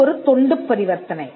அது ஒரு தொண்டுப் பரிவர்த்தனை